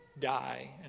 die